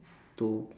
to